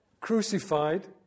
crucified